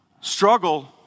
struggle